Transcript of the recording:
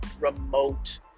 remote